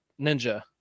ninja